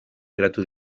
geratu